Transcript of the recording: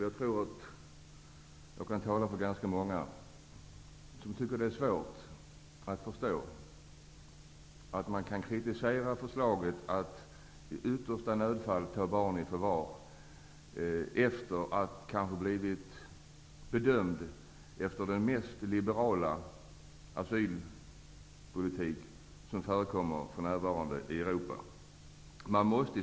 Jag tror att jag kan tala för en hel del människor när jag hävdar, att många tycker att det är svårt att förstå att man kan kritisera ett förslag om att i yttersta nödfall ta barn i förvar efter det att de har blivit bedömda med utgångspunkt i den mest liberala asylpolitik som för närvarande förekommer i Europa.